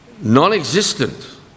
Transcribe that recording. non-existent